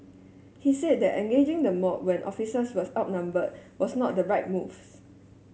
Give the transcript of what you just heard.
he said that engaging the mob when officers were outnumbered was not the right moves